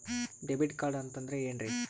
Debit card ಅಂತಂದ್ರೆ ಏನ್ರೀ?